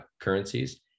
currencies